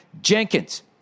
Jenkins